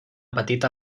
petita